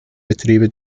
betriebe